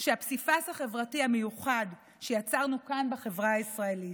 שהפסיפס החברתי המיוחד שיצרנו כאן בחברה הישראלית,